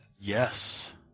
Yes